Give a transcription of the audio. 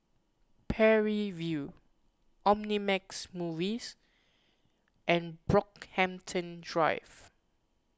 Parry View Omnimax Movies and Brockhampton Drive